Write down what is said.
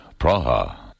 Praha